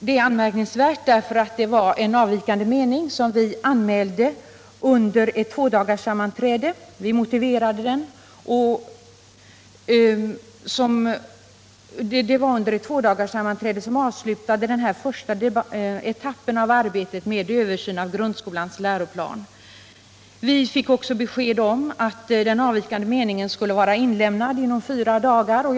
Det är anmärknings Nr 39 värt därför att vi anmälde och motiverade den avvikande meningen under ett tvådagarssammanträde, som avslutade den första etappen i arbetet med översyn av grundskolans läroplan. Vi fick också besked om att for: = muleringen av den avvikande meningen skulle vara inlämnad inom fyra — Om undervisningen dagar.